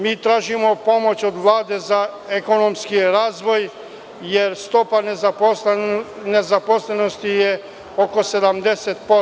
Mi tražimo pomoć od Vlade za ekonomski razvoj, jer stopa nezaposlenosti je oko 70%